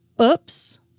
Oops